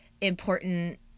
important